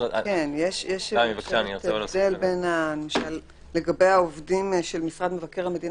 יש הבדל לגבי העובדים של משרד מבקר המדינה,